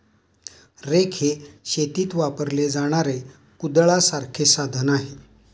rake हे शेतीत वापरले जाणारे कुदळासारखे साधन आहे